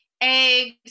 eggs